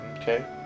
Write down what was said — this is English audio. Okay